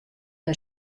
nei